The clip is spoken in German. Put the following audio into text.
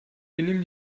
benimm